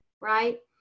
right